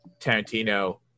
Tarantino